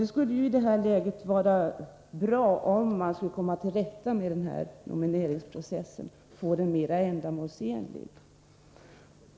Det skulle nu vara bra om man kunde komma till rätta med nomineringsprocessen för att få den mera ändamålsenlig.